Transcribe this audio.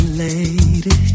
lady